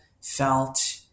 felt